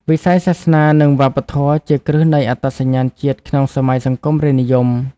វិស័យសាសនា និងវប្បធម៌ជាគ្រឹះនៃអត្តសញ្ញាណជាតិក្នុងសម័យសង្គមរាស្ត្រនិយម។